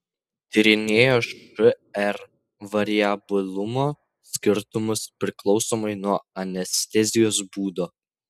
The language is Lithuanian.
tyrinėjo šr variabilumo skirtumus priklausomai nuo anestezijos būdo